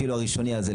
אפילו הראשוני הזה,